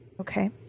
Okay